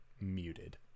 muted